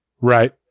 Right